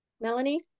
melanie